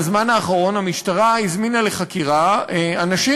בזמן האחרון המשטרה הזמינה לחקירה אנשים